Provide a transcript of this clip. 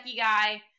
guy